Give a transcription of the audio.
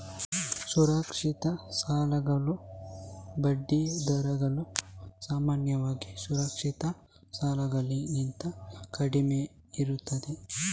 ಸುರಕ್ಷಿತ ಸಾಲಗಳ ಬಡ್ಡಿ ದರಗಳು ಸಾಮಾನ್ಯವಾಗಿ ಅಸುರಕ್ಷಿತ ಸಾಲಗಳಿಗಿಂತ ಕಡಿಮೆಯಿರುತ್ತವೆ